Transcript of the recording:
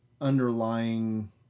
underlying